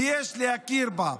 ויש להכיר בה.